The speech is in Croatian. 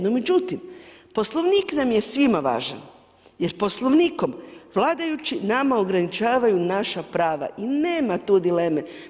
No međutim Poslovnik nam je svima važan jer Poslovnikom vladajući nama ograničavaju naša prava i nema tu dileme.